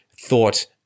thought